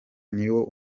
niwo